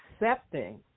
accepting